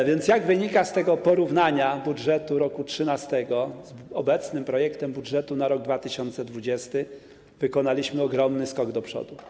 A więc, jak wynika z tego porównania budżetu roku 2013 z obecnym projektem budżetu, na rok 2020, wykonaliśmy ogromny skok do przodu.